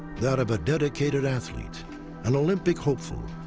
that of a dedicated athlete an olympic hopeful.